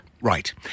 Right